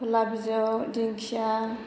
फोरला बिजौ दिंखिया